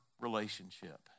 relationship